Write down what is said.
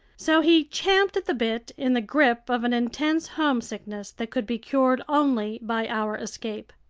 so he champed at the bit, in the grip of an intense homesickness that could be cured only by our escape.